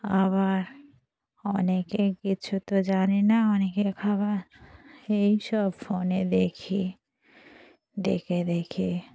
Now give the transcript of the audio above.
আবার অনেক কিছু তো জানি না অনেকই খাবার এই সব ফোনে দেখি দেখে দেখে